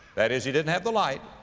that is he didn't have the light,